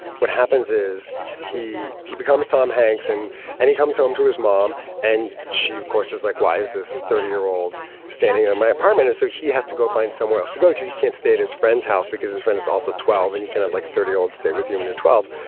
what happens is he he becomes tom hanks and and he comes home to his mom and she, of course, is like, why is this thirty year old standing in my apartment? so he has to go find somewhere else to go because he can't state his friend's house because his rent is also twelve. and you can have like a thirty year old stay with you when you're twelve.